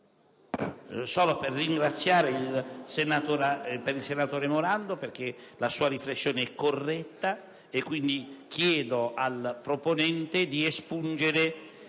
desidero ringraziare il senatore Morando perché la sua riflessione è corretta, quindi chiedo al proponente di espungere